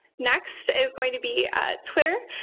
next is going to be twitter.